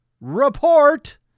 report